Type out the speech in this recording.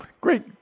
Great